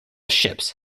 ships